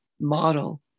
model